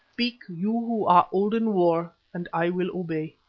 speak, you who are old in war, and i will obey.